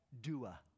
Dua